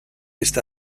esta